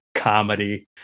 comedy